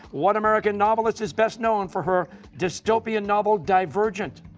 what american novelist is best known for her dystopian novel divergent?